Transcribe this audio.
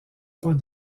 pas